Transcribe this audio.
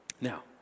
Now